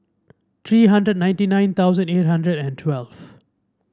three hundred ninety nine thousand eight hundred and twelve